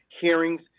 hearings